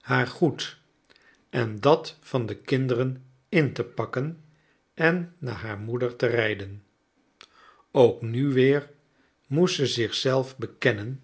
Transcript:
haar goed en dat van de kinderen in te pakken en naar haar moeder te rijden ook nu weer moest ze zich zelf bekennen